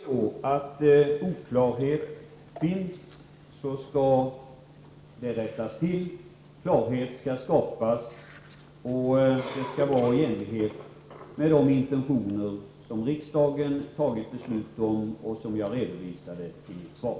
Fru talman! Om det finns oklarhet skall det rättas till. Klarhet skall skapas i enlighet med de intentioner som riksdagen tagit beslut om och som jag redovisade i mitt svar.